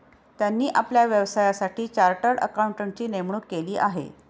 त्यांनी आपल्या व्यवसायासाठी चार्टर्ड अकाउंटंटची नेमणूक केली आहे